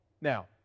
Now